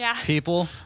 People